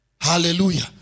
Hallelujah